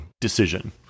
decision